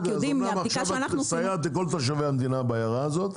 אומנם עכשיו את מסייעת לכל תושבי המדינה בהערה הזאת,